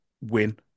win